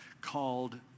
called